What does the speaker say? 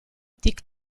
tic